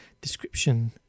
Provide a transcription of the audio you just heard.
description